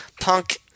Punk